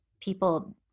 people